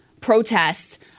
protests